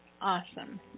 Awesome